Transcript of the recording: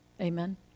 Amen